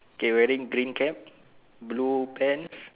okay wearing green cap blue pants